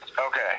Okay